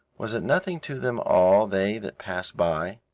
was it nothing to them all they that passed by?